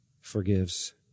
forgives